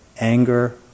anger